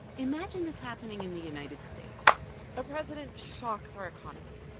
imagine this happening in the united states a president shocks our economy.